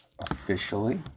officially